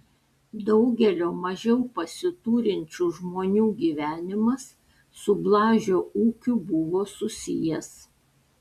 daugelio mažiau pasiturinčių žmonių gyvenimas su blažio ūkiu buvo susijęs